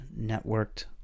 networked